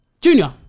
Junior